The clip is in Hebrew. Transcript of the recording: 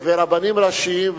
ורבנים ראשיים,